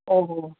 ਓ ਹੋ